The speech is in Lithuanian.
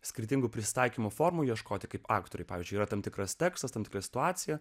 skirtingų prisitaikymo formų ieškoti kaip aktoriui pavyzdžiui yra tam tikras tekstas tam tikra situacija